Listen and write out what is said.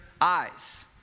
eyes